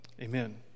Amen